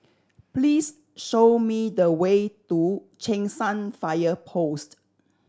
please show me the way to Cheng San Fire Post